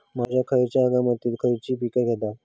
महाराष्ट्रात खयच्या हंगामांत खयची पीका घेतत?